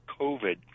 COVID